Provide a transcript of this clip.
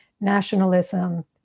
nationalism